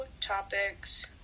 topics